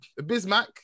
Bismack